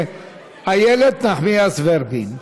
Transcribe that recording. איילת נחמיאס ורבין,